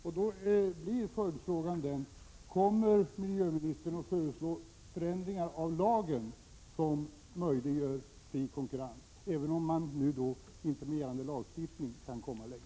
Då blir min följdfråga: Kommer miljöministern att föreslå ändringar av lagen som möjliggör fri konkurrens, eftersom man inte med gällande lagstiftning kan komma längre?